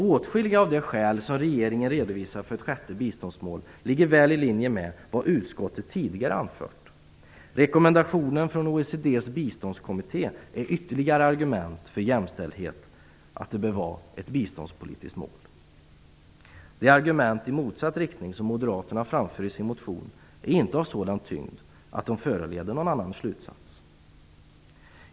Åtskilliga av de skäl som regeringen redovisar för ett sjätte biståndsmål ligger väl i linje med vad utskottet tidigare anfört. Rekommendationen från OECD:s biståndskommitté är ytterligare argument för att jämställdhet bör vara ett biståndspolitiskt mål. De argument i motsatt riktning som Moderaterna framför i sin motion är inte av sådan tyngd att de föranleder någon annan slutsats.